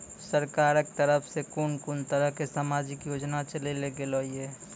सरकारक तरफ सॅ कून कून तरहक समाजिक योजना चलेली गेलै ये?